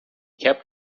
kept